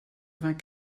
vingt